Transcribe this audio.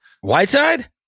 Whiteside